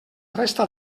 resta